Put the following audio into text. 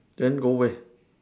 then go where